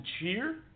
cheer